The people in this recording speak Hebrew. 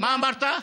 מה אמרת?